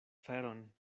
feron